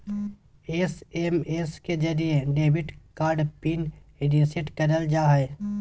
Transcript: SMS के जरिये debit card PIN reset करल जा हय